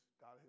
God